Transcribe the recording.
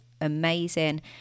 amazing